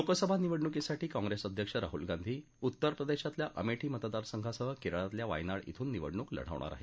लोकसभा निवडणुकीसाठी काँग्रेस अध्यक्ष राहुल गांधी उत्तरप्रदेशातल्या अमेठी मतदारसंघासह केरळातल्या वायनाड श्रिल निवडणूक लढवणार आहेत